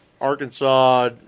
Arkansas